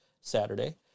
Saturday